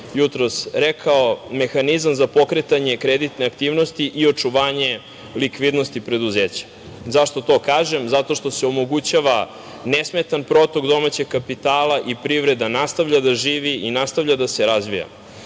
jutros rekao, za pokretanje kreditne aktivnosti i očuvanje likvidnosti preduzeća. Zašto to kažem? Zato što se omogućava nesmetan protok domaćeg kapitala i privreda nastavlja da živi i nastavlja da se razvija. Ono